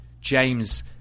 James